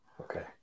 Okay